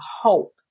hope